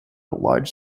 large